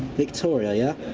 victoria, yeah?